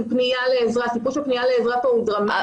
של פנייה לעזרה כאשר הסיפור של הפנייה לעזרה כאן הוא דרמטי.